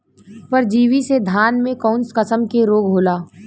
परजीवी से धान में कऊन कसम के रोग होला?